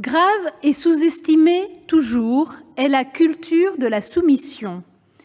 Grave et sous-estimée toujours est la « culture de la soumission